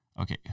Okay